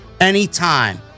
anytime